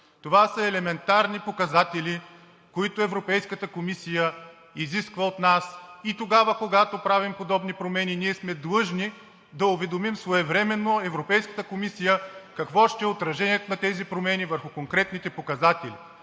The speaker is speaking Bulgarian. Това са елементарни показатели, които Европейската комисия изисква от нас. И тогава, когато правим подобни промени, ние сме длъжни да уведомим своевременно Европейската комисия какво ще е отражението на тези промени върху конкретните показатели.